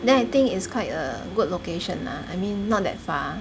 then I think it's quite a good location lah I mean not that far